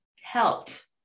helped